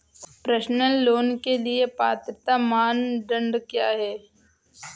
Personal loan के लिए पात्रता मानदंड क्या हैं?